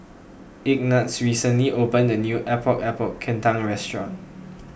Ignatz recently opened a new Epok Epok Kentang restaurant